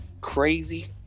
crazy